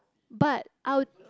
but I would